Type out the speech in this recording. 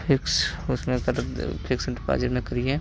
fix उसमें fix deposit में करिए